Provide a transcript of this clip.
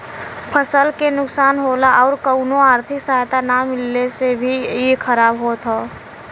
फसल के नुकसान होला आउर कउनो आर्थिक सहायता ना मिलले से भी इ खराब होत हौ